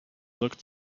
looked